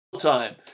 time